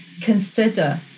consider